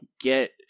get